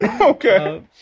Okay